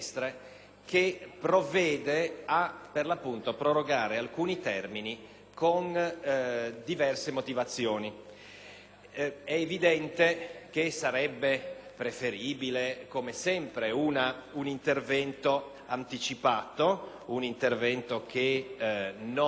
È evidente che sarebbe preferibile, come sempre, un intervento anticipato che non rendesse necessaria una decretazione su questo argomento. Sappiamo bene, però, che, data